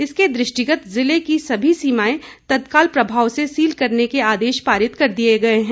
इसके द्रष्टिगत जिले की सभी सीमाएं तत्काल प्रभाव से सील करने के आदेश पारित कर दिए गए हैं